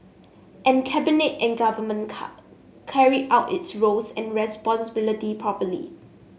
and Cabinet and Government carried out its roles and responsibility properly